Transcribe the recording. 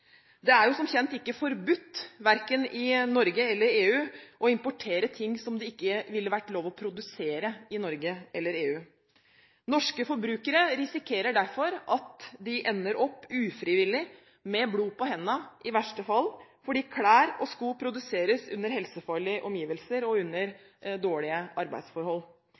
Det er jo som kjent ikke forbudt, verken i Norge eller i EU, å importere ting som det ikke ville vært lov å produsere i Norge eller i EU. Norske forbrukere risikerer derfor at de ender opp ufrivillig med blod på hendene i verste fall, fordi klær og sko produseres under helsefarlige omgivelser og under dårlige arbeidsforhold.